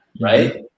Right